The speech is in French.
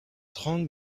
trente